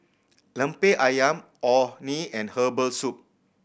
Lemper Ayam Orh Nee and herbal soup